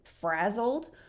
frazzled